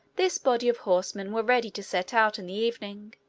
this body of horsemen were ready to set out in the evening.